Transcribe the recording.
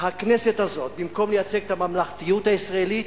הכנסת הזאת, במקום לייצג את הממלכתיות הישראלית,